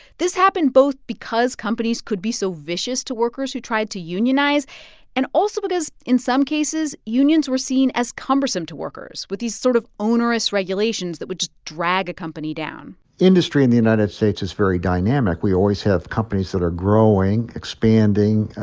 this happened both because companies could be so vicious to workers who tried to unionize and also because, in some cases, unions were seen as cumbersome to workers with these sort of onerous regulations that would just drag a company down industry in the united states is very dynamic. we always have companies that are growing, expanding,